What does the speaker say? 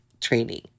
training